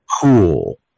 cool